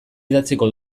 idatziko